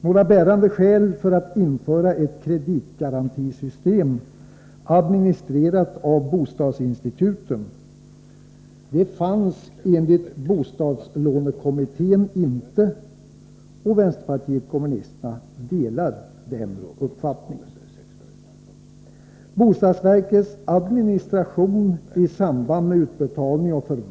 Några bärande skäl för att införa ett kreditgarantisystem administrerat av bostadsinstituten fanns enligt bostadlånekomittén inte, och vpk delar den uppfattningen.